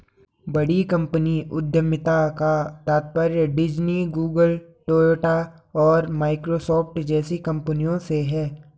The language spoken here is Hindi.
बड़ी कंपनी उद्यमिता का तात्पर्य डिज्नी, गूगल, टोयोटा और माइक्रोसॉफ्ट जैसी कंपनियों से है